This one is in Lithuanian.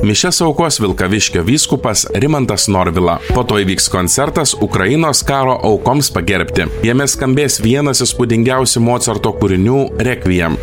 mišias aukos vilkaviškio vyskupas rimantas norvila po to įvyks koncertas ukrainos karo aukoms pagerbti jame skambės vienas įspūdingiausių mocarto kūrinių requem